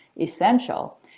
essential